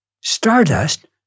Stardust